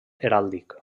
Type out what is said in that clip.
heràldic